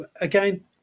Again